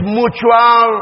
mutual